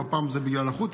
הפעם זה בגלל החות'ים,